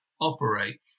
operate